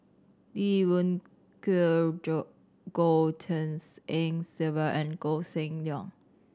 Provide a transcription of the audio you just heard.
Lee Wung Goh Tshin En Sylvia and Koh Seng Leong